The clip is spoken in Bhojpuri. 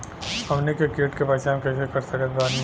हमनी के कीट के पहचान कइसे कर सकत बानी?